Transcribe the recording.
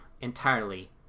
entirely